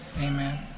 Amen